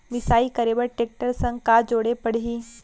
मिसाई करे बर टेकटर संग का जोड़े पड़ही?